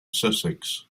sussex